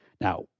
Now